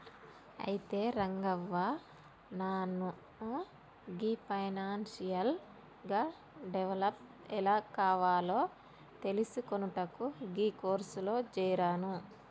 అయితే రంగవ్వ నాను గీ ఫైనాన్షియల్ గా డెవలప్ ఎలా కావాలో తెలిసికొనుటకు గీ కోర్సులో జేరాను